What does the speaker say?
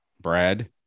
Brad